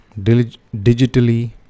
digitally